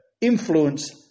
influence